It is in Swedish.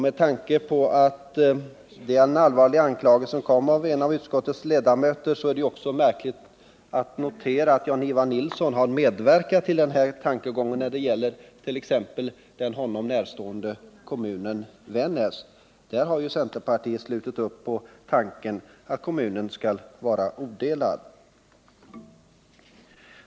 Med hänsyn till att denna allvarliga anklagelse kom från en av utskottets ledamöter är det värt att notera att Jan-Ivan Nilsson själv har medverkat till tankegångar i den riktningen, t.ex. i fråga om den honom närstående kommunen Vännäs. I det fallet har centerpartiet slutit upp kring tanken att kommunen skall vara odelad.